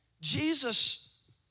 Jesus